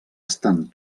estan